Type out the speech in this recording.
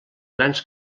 grans